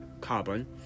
carbon